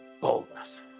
boldness